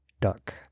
duck